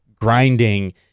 grinding